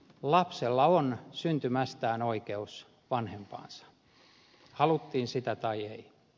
lapsella on syntymästään oikeus vanhempaansa haluttiin sitä tai ei